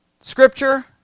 Scripture